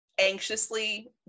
anxiously